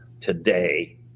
today